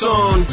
on